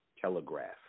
telegraph